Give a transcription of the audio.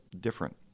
different